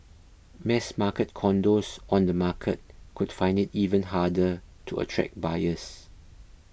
mass market condos on the market could find it even harder to attract buyers